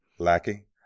lackey